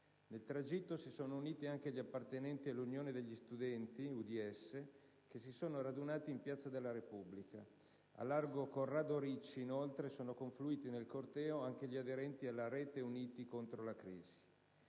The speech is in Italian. nel tragitto si sono uniti anche gli appartenenti all'Unione degli studenti (UDS), che si sono radunati in piazza della Repubblica. A largo Corrado Ricci, inoltre, sono confluiti nel corteo anche gli aderenti alla rete «Uniti contro la crisi».